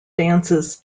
dances